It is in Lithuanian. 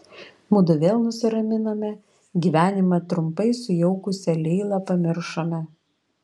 mudu vėl nusiraminome gyvenimą trumpai sujaukusią leilą pamiršome